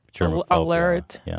alert